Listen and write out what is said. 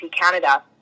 Canada